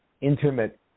intimate